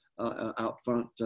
out-front